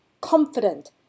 confident